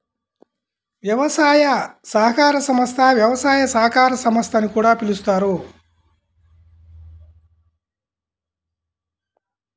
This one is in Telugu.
వ్యవసాయ సహకార సంస్థ, వ్యవసాయ సహకార సంస్థ అని కూడా పిలుస్తారు